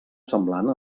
semblant